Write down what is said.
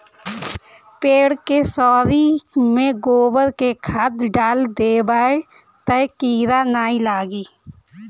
पेड़ के सोरी में गोबर के खाद डाल देबअ तअ कीरा नाइ लागी